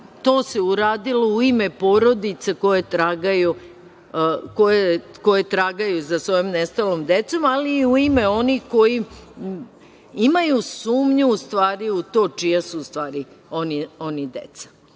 se uradilo u ime porodica koje tragaju za svojom nestalom decom, ali i u ime onih imaju sumnju u stvari čija su oni deca.